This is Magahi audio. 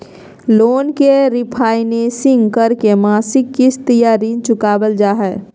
लोन के रिफाइनेंसिंग करके मासिक किस्त या ऋण चुकावल जा हय